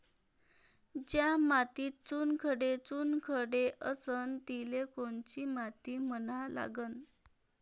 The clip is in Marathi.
ज्या मातीत चुनखडे चुनखडे असन तिले कोनची माती म्हना लागन?